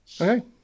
Okay